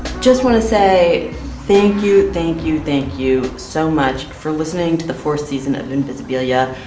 just want to say thank you, thank you, thank you so much for listening to the fourth season of invisibilia.